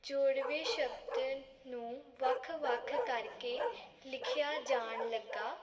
ਜੋੜਵੇਂ ਸ਼ਬਦ ਨੂੰ ਵੱਖ ਵੱਖ ਕਰਕੇ ਲਿਖਿਆ ਜਾਣ ਲੱਗਾ